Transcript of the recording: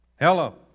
hello